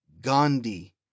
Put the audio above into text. Gandhi